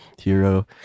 hero